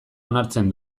onartzen